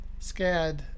scad